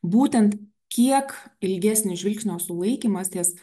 būtent kiek ilgesnis žvilgsnio sulaikymas ties